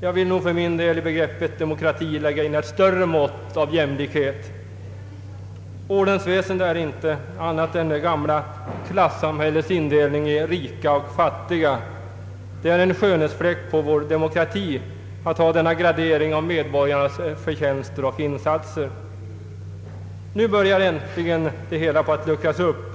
Jag vill för min del i begreppet demokrati lägga in ett större mått av jämlikhet. Ordensväsendet är inte annat än det gamla klassamhällets indelning i rika och fattiga. Det är en skönhetsfläck på vår demokrati att ha denna gradering av medborgarnas förtjänster och insatser. Nu börjar äntligen detta system att luckras upp,